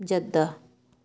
Jeddah